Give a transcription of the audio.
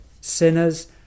sinners